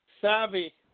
savvy